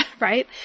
right